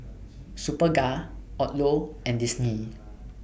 Superga Odlo and Disney